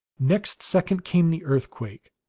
next second came the earthquake.